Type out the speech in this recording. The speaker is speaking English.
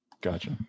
gotcha